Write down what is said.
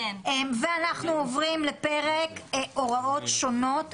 אנחנו עוברים לפרק הבא שהוא בדיקות מעבדה.